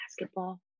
basketball